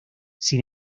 sin